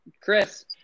Chris